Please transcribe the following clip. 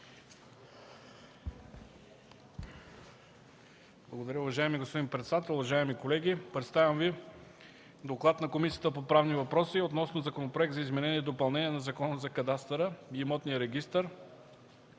Благодаря. Уважаеми господин председател, уважаеми колеги, представям Ви „ДОКЛАД на Комисията по правни въпроси относно Законопроект за изменение и допълнение на Закона за кадастъра и имотния регистър